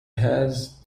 has